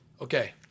Okay